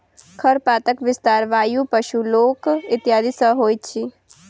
खरपातक विस्तार वायु, पशु, लोक इत्यादि सॅ होइत अछि